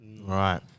Right